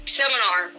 seminar